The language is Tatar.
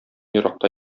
еракта